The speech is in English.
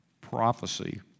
prophecy